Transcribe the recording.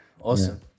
Awesome